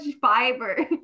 fiber